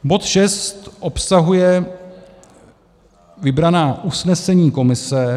Bod 6 obsahuje vybraná usnesení komise.